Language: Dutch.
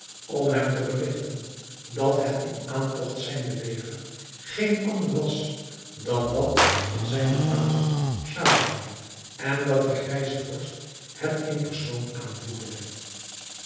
om hem te berigten dat het in aantogt zijnde leger geen ander was dan dat van zijnen vader schahzaman en dat de grijze vorst het in persoon aanvoerde